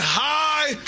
high